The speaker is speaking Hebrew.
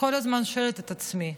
כל הזמן שואלת את עצמי,